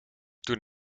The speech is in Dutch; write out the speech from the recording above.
toen